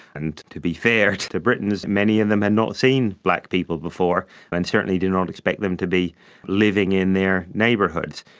and to be fair to the britons, many of them had not seen black people before and certainly did not expect them to be living in their neighbourhoods.